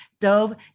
dove